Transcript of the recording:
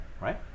right